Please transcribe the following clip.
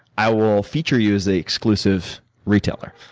i will feature you as the exclusive retailer.